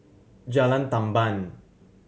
Jalan Tamban